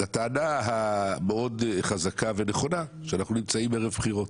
לטענה המאוד חזקה ונכונה שאנחנו נמצאים ערב בחירות,